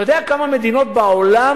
אתה יודע כמה מדינות בעולם,